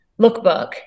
lookbook